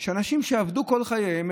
שאנשים שעבדו כל חייהם,